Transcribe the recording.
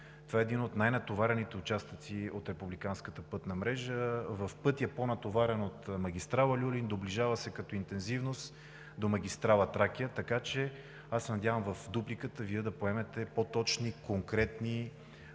това е един от най-натоварените участъци от републиканската пътна мрежа – в пъти е по-натоварен от магистрала „Люлин“, доближава се като интензивност до магистрала „Тракия“. Така че аз се надявам в дупликата Вие да поемете по точни, конкретни